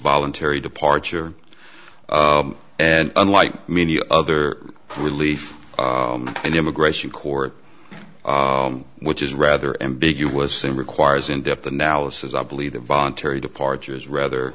voluntary departure and unlike many other relief and immigration court which is rather ambiguous and requires in depth analysis i believe the voluntary departure is rather